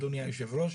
אדוני היושב-ראש,